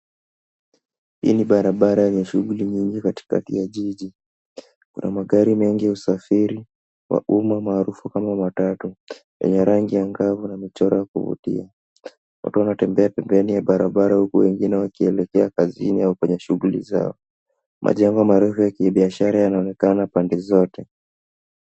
Hii ni barabara yenye shughuli nyingi katika kila jiji. Kuna magari mengi ya usafiri wa umma, maarufu kama matatu yenye rangi angavu na michoro ya kuvutia. Watu wanatembea pembeni ya barabara huku wengine wakielekea kazini au kwenye shughuli zao. Majengo marefu ya kibiashara yanaonekana pande zote.